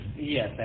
Yes